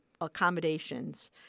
accommodations